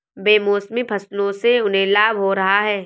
बेमौसमी फसलों से उन्हें लाभ हो रहा है